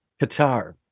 qatar